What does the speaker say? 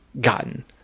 gotten